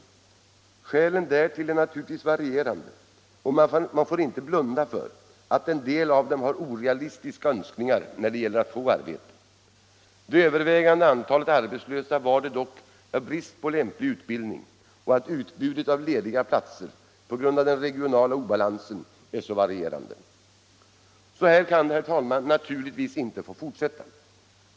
Orsakerna därtill är naturligtvis varierande, och man får inte blunda för att en del av dem har orealistiska önskningar när det gäller att få arbete. Det övervägande antalet arbetslösa stod dock utan arbete av brist på lämplig utbildning och därför att utbudet av lediga platser på grund av den regionala obalansen är så varierande. Så här kan det, herr talman, naturligtvis inte få fortsätta.